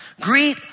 Greet